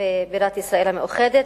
כבירת ישראל המאוחדת,